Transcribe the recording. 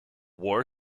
war